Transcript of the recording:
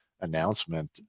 announcement